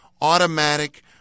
automatic